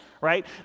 right